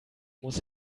muss